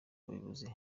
umuyobozi